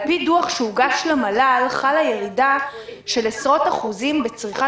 על פי דוח שהוגש למל"ל חלה ירידה של עשרות אחוזים בצריכה